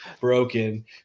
broken